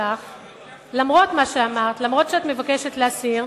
למרות מה שאמרת, אף-על-פי שאת מבקשת להסיר,